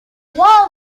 while